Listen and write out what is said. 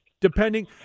Depending